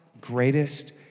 greatest